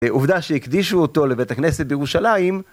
עובדה שהקדישו אותו לבית הכנסת בירושלים